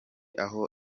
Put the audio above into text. aho